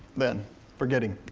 then forgetting,